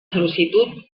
sol·licitud